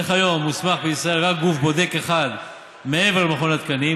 וכיום מוסמך בישראל רק גוף בודק אחד מעבר למכון התקנים,